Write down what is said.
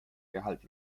gehalt